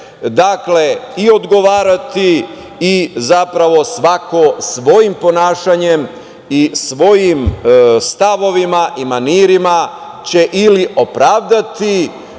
sebe i odgovarati i svako svojim ponašanjem i svojim stavovima, manirima će ili opravdati